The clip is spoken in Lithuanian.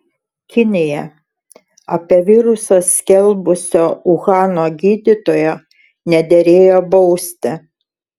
kinija apie virusą skelbusio uhano gydytojo nederėjo bausti